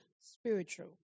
spiritual